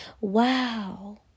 Wow